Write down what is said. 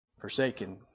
forsaken